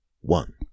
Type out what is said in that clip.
one